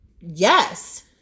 yes